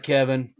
Kevin